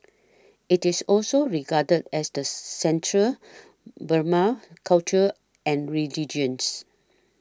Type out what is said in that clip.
it is also regarded as the centre Burmese culture and religions